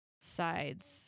sides